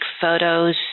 photos